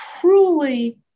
truly